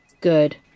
Good